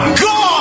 god